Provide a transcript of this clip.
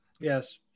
Yes